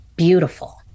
Beautiful